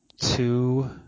two